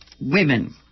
women